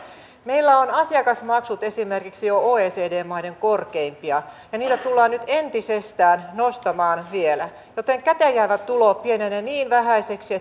meillä on asiakasmaksut jo esimerkiksi oecd maiden korkeimpia ja niitä tullaan nyt entisestään nostamaan vielä joten käteenjäävä tulo pienenee niin vähäiseksi